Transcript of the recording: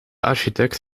architect